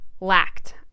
lacked